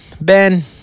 Ben